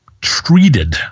treated